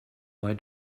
why